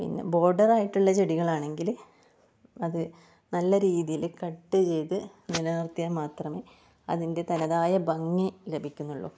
പിന്നെ ബോഡറായിട്ടുള്ള ചെടികളാണെങ്കില് അത് നല്ല രീതില് കട്ട് ചെയ്ത് നിലനിർത്തിയാൽ മാത്രമെ അതിൻ്റെ തനതായ ഭംഗി ലഭിക്കുന്നുള്ളു